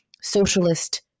socialist